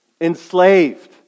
Enslaved